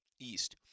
East